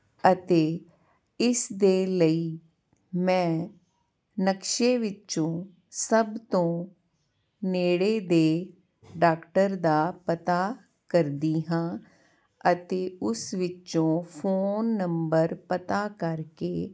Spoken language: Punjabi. ਅਤੇ ਇਸ ਦੇ ਲਈ ਮੈਂ ਨਕਸ਼ੇ ਵਿੱਚੋਂ ਸਭ ਤੋਂ ਨੇੜੇ ਦੇ ਡਾਕਟਰ ਦਾ ਪਤਾ ਕਰਦੀ ਹਾਂ ਅਤੇ ਉਸ ਵਿੱਚੋਂ ਫੋਨ ਨੰਬਰ ਪਤਾ ਕਰਕੇ